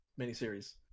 miniseries